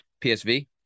PSV